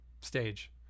stage